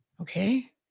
Okay